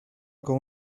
con